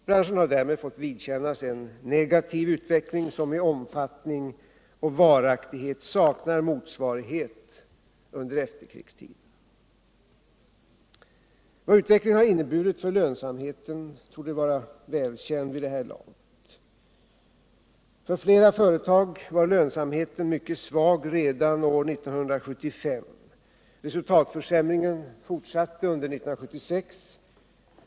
Branschen har därmed fått vidkännas en negativ utveckling som i omfattning och varaktighet saknar motsvarighet under efterkrigstiden. Vad utvecklingen har inneburit för lönsamheten torde vara välkänt vid det Nr 158 här laget. För flera företag var lönsamheten mycket svag redan år 1975. Onsdagen den Resultatförsämringen fortsatte under år 1976.